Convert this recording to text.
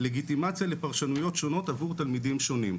לגיטימציה לפרשנויות שונות עבור תלמידים שונים."